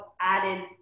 added